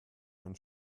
einen